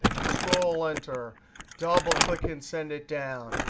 control-enter, double click and send it down.